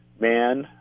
man